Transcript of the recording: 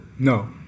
No